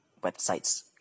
websites